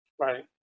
Right